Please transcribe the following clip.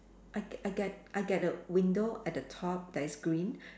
I get I get I get a window at the top that is green